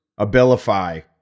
Abilify